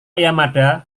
yamada